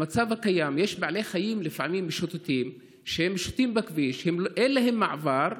המצב הקיים יש בעלי חיים משוטטים שלפעמים משוטטים בכביש ואין להם מעבר,